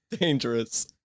dangerous